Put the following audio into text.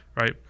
Right